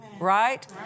Right